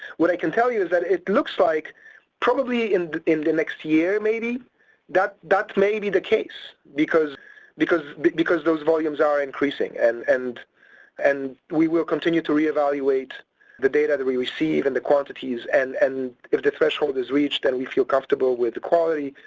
when i can tell you that it looks like probably in the in the next year maybe that that may be the case because because because those volumes are increasing and and and we will continue to reevaluate the data that we receive in the quantities and and if the threshold is reached and we feel comfortable with the quality,